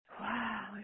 wow